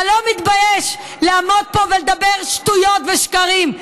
אתה לא מתבייש לעמוד פה ולדבר שטויות ושקרים.